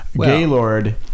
Gaylord